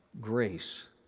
grace